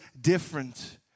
different